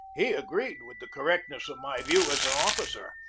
he agreed with the correctness of my view as an officer,